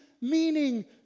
meaning